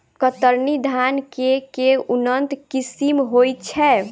कतरनी धान केँ के उन्नत किसिम होइ छैय?